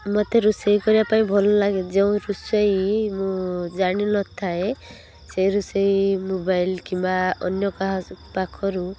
ମୋତେ ରୋଷେଇ କରିବା ପାଇଁ ଭାଲ ଲାଗେ ଯେଉଁ ରୋଷେଇ ମୁଁ ଜାଣିନଥାଏ ସେଇ ରୋଷେଇ ମୋବାଇଲ୍ କିମ୍ବା ଅନ୍ୟକାହା ପାଖରୁ